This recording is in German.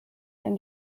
ein